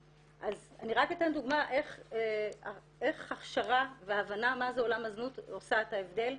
אני רק אתן דוגמה איך הכשרה והבנה מה זה עולם הזנות עושה את ההבדל.